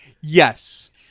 Yes